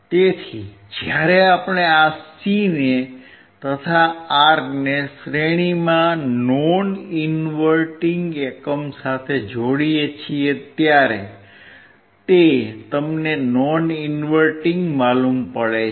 તેથી જ્યારે આપણે આ C ને તથા R ને શ્રેણીમાં નોન ઇન્વર્ટીંગ એકમ સાથે જોડીએ છીએ ત્યારે તે તમને નોન ઇન્વર્ટીંગ માલુમ પડે છે